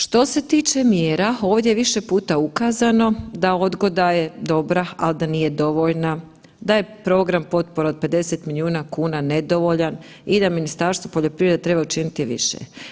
Što se tiče mjera ovdje je više puta ukazano da odgoda je dobra, ali da nije dovoljna, da je program potpore od 50 milijuna kuna nedovoljan i da Ministarstvo poljoprivrede treba učiniti više.